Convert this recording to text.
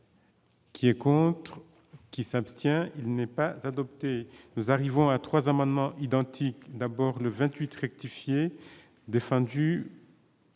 Qui est contre qui s'abstient, il n'est pas nous arrivons à 3 amendements identiques d'abord le 28 rectifier défendue